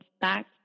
back